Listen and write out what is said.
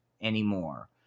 anymore